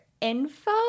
info